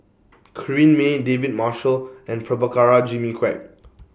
Corrinne May David Marshall and Prabhakara Jimmy Quek